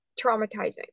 traumatizing